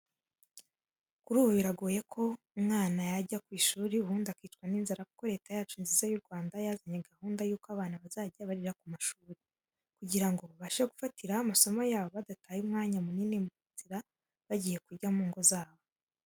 Kuri ubu biragoye ko umwana yajya ku ishuri ubundi akicwa n'inzara kuko Leta yacu nziza y'u Rwanda yazanye gahunda yuko abana bazajya barira ku mashuri, kugira ngo babashe gufatiraho amasomo yabo badataye umwanya munini mu nzira bagiye kurya mu ngo zabo.